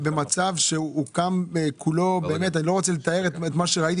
במצב שקם כולו אני לא רוצה לתאר מה שראיתי